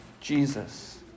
Jesus